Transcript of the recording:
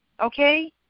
Okay